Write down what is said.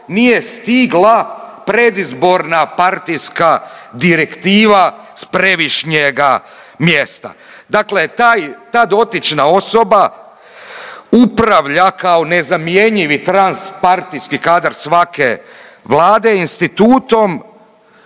nije stigla predizborna partijska direktiva s previšnjega mjesta. Dakle, ta dotična osoba upravlja kao nezamjenjivi trans partijski kadar svake vlade institutom